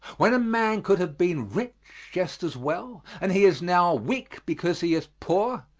when a man could have been rich just as well, and he is now weak because he is poor,